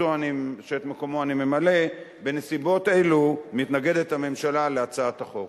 מקומו אני ממלא: בנסיבות אלו מתנגדת הממשלה להצעת החוק.